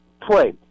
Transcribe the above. play